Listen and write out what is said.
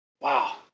Wow